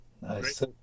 Nice